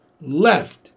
left